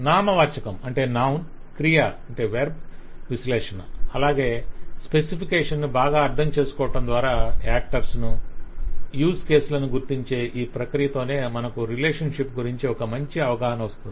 నామవాచకం క్రియా విశ్లేషణ అలాగే స్పెసిఫికేషన్ ను బాగా అర్ధంచేసుకోవటం ద్వారా యాక్టర్స్ ను యూజ్ కేసులను గుర్తించే ఈ ప్రక్రియతోనే మనకు రిలేషన్షిప్ గురించి ఒక మంచి అవగాహన వస్తుంది